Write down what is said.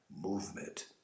movement